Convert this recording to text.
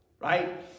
right